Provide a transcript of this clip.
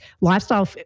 lifestyle